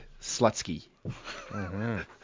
Slutsky